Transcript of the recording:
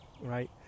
Right